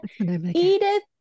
edith